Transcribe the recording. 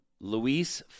Luis